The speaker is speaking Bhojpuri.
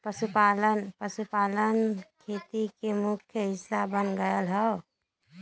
पशुपालन खेती के मुख्य हिस्सा बन गयल हौ